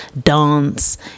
dance